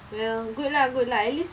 well good lah good lah at least